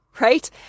right